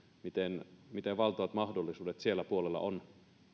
miten miten valtavat mahdollisuudet siellä puolella on